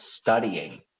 studying